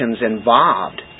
involved